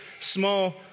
small